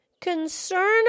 concern